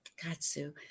Katsu